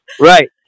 right